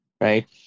Right